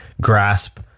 grasp